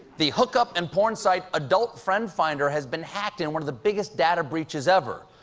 the hookup and porn site, adult friendfinder, has been hacked in one of the biggest data breaches ever.